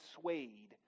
swayed